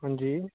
हंजी